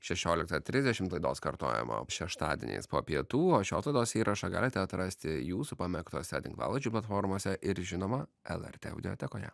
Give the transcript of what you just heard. šešioliktą trisdešimt laidos kartojama šeštadieniais po pietų o šios laidos įrašą galite atrasti jūsų pamėgtose tinklalaidžių platformose ir žinoma lrt audiotekoje